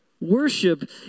Worship